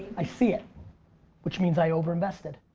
i see it which means i over-invested.